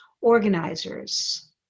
organizers